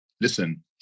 listen